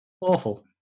Awful